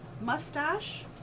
mustache